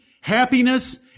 happiness